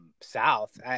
South